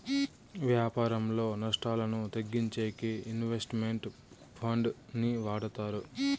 వ్యాపారంలో నష్టాలను తగ్గించేకి ఇన్వెస్ట్ మెంట్ ఫండ్ ని వాడతారు